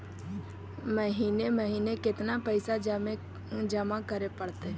महिने महिने केतना पैसा जमा करे पड़तै?